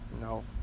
No